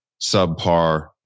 subpar